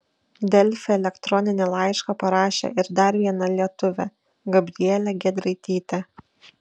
delfi elektroninį laišką parašė ir dar viena lietuvė gabrielė giedraitytė